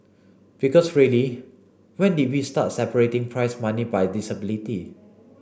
because really when did we start separating prize money by disability